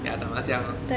ya 打麻将 lor